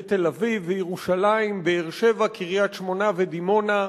תל-אביב וירושלים, באר-שבע קריית-שמונה ודימונה,